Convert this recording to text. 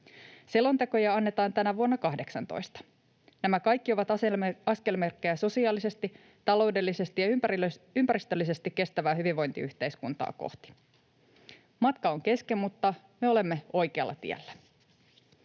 Selontekoja annetaan tänä vuonna 18. Nämä kaikki ovat askelmerkkejä kohti sosiaalisesti, taloudellisesti ja ympäristöllisesti kestävää hyvinvointiyhteiskuntaa. Matka on kesken, mutta me olemme oikealla tiellä.